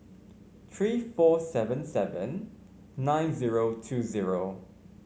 three four seven seven nine zero two zero